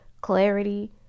clarity